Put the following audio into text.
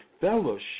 fellowship